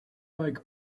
pike